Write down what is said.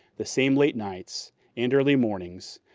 the same late nights and early mornings,